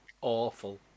awful